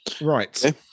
Right